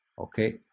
Okay